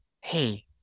hey